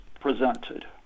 presented